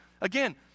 Again